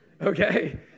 Okay